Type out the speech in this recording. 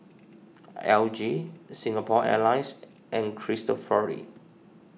L G Singapore Airlines and Cristofori